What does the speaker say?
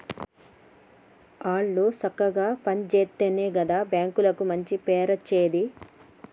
ఆళ్లు సక్కగ పని జేత్తెనే గదా బాంకులకు మంచి పేరచ్చేది